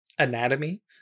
Anatomy